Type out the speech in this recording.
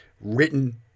written